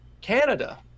Canada